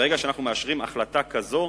ברגע שאנחנו מאשרים החלטה כזאת,